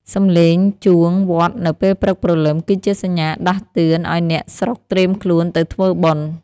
សំឡេងជួងវត្តនៅពេលព្រឹកព្រលឹម គឺជាសញ្ញាដាស់តឿនឱ្យអ្នកស្រុកត្រៀមខ្លួនទៅធ្វើបុណ្យ។